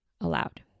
aloud